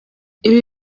ibi